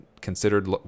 considered